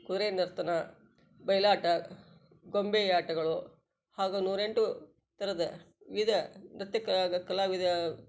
ಕುದರೆ ನರ್ತನ ಬಯಲಾಟ ಗೊಂಬೆಯಾಟಗಳು ಹಾಗೂ ನೂರೆಂಟು ಥರದ ವಿವಿಧ ನೃತ್ಯ ಕಲಾವಿದ